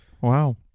wow